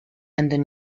and